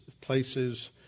places